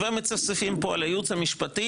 ומצפצפים פה על הייעוץ המשפטי,